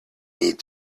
need